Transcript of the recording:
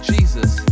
Jesus